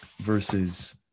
versus